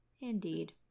Indeed